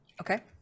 Okay